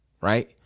right